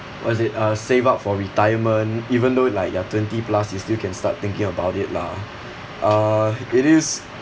what is it uh save up for retirement even though like you're twenty plus you still can start thinking about it lah uh it is